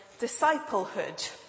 disciplehood